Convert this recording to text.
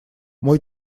мой